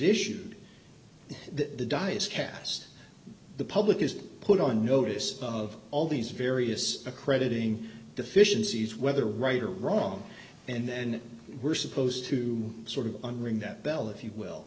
that the die is cast the public is put on notice of all these various accrediting deficiencies whether right or wrong and then we're supposed to sort of unring that bell if you will